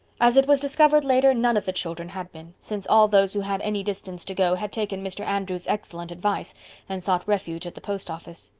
as it was discovered later, none of the children had been, since all those who had any distance to go had taken mr. andrews' excellent advice and sought refuge at the post office.